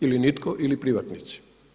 Ili nitko ili privatnici.